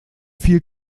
viel